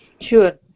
Sure